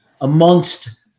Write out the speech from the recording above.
amongst